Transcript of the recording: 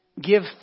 give